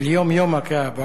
אל-יום יומַכּ יא אבו,